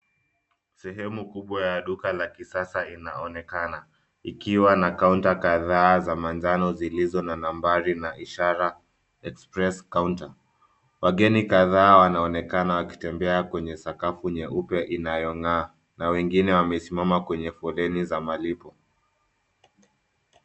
Sehemu kubwa ya duka la kisasa inaonekana ikiwa na kaunta kadhaa manjano zilizo na nambari na ishara express counter wageni kadhaa wanaonekana wakitembea kwenye sakafu nyeupe inayong'aa na wengine wamesimama kwenye foleni za malipo.